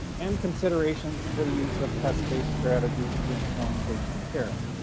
and considerations for the use of test-based strategies to inform patient care,